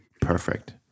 Perfect